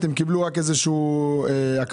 הם קיבלו רק איזשהו אקמול.